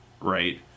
Right